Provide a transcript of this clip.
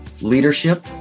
Leadership